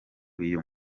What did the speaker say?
uyu